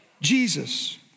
Jesus